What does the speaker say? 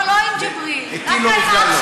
לא, לא, לא עם ג'יבריל, רק עם אח שלו,